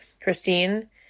Christine